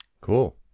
Cool